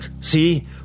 see